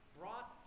brought